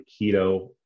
keto